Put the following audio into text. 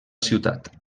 ciutat